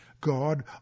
God